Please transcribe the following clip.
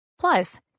Plus